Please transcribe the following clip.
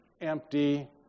empty